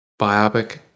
biopic